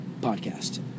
podcast